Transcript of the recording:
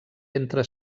entre